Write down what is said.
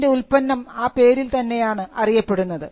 അതിൻറെ ഉൽപ്പന്നം ആ പേരിൽ തന്നെയാണ് അറിയപ്പെടുന്നത്